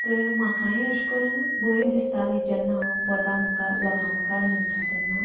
तर म्हाकाय अशें करून भंय दिसताली जेन्ना हांव पदां मुखार लोकां मुखार म्हणटा तेन्ना